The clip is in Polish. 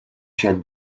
się